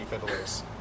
fiddlers